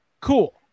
Cool